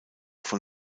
von